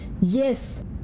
yes